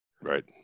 Right